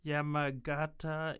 Yamagata